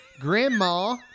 Grandma